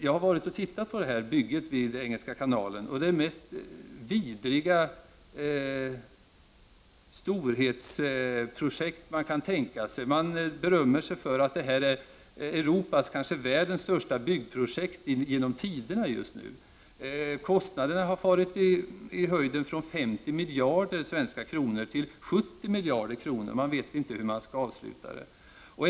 Jag har tittat på bygget vid Engelska kanalen, och det är det mest vidriga storhetsprojekt som tänkas kan. Man berömmer sig av att det är Europas, kanske världens, största byggprojekt genom tiderna just nu. Kostnaderna har farit i höjden från 50 miljarder svenska kronor till 70 miljarder, och man vet inte hur man skall kunna avsluta bygget.